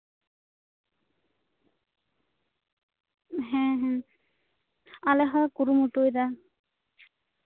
ᱦᱮᱸ ᱦᱮᱸ ᱟᱞᱮ ᱦᱚᱸᱞᱮ ᱠᱩᱨᱩᱢᱩᱴᱩᱭᱮᱫᱟ